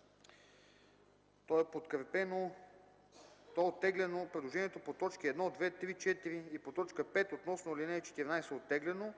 Иван Иванов. Предложението по точки 1, 2, 3, 4 и по т. 5 относно ал. 14 е оттеглено.